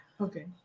Okay